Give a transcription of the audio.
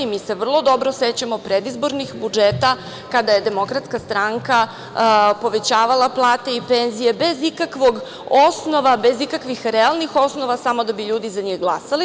Mi se vrlo dobro sećamo predizbornih budžeta kada je DS povećavala plate i penzije bez ikakvog osnova, bez ikakvih realnih osnova samo da bi ljudi za njih glasali.